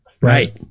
Right